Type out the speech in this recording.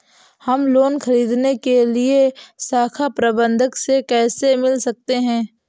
हम लोन ख़रीदने के लिए शाखा प्रबंधक से कैसे मिल सकते हैं?